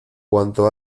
cuanto